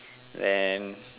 and